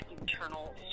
internal